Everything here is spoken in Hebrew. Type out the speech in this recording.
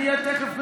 אני תכף מגיע,